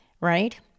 right